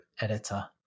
editor